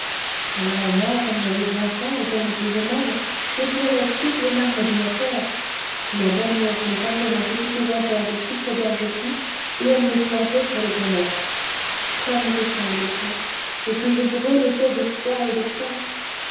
alors moi comme j'avais bien faim et qu'elle me faisait mal je pleurais toutes les larmes de mon corps la borgnesse me passait mon petit éventaire de sucre d'orge au cou et elle me plantait sur le pont-neuf comme je sanglotais et que je grelottais de froid et de faim